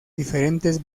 diferentes